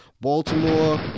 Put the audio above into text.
Baltimore